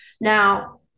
now